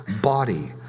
body